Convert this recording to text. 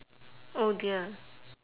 oh dear